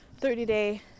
30-day